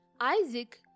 Isaac